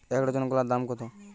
এক ডজন কলার দাম কত?